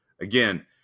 again